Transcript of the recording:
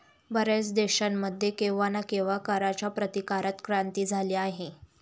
बर्याच देशांमध्ये केव्हा ना केव्हा कराच्या प्रतिकारात क्रांती झाली आहे